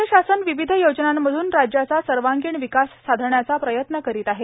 राज्य शासन विविध योजनांमधून राज्याचा सर्वागिण विकास साधण्याचा प्रयत्न करीत आहे